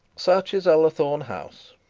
such is ullathorne house.